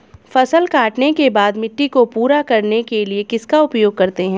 फसल काटने के बाद मिट्टी को पूरा करने के लिए किसका उपयोग करते हैं?